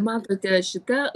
matote šita